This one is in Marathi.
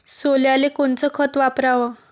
सोल्याले कोनचं खत वापराव?